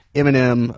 Eminem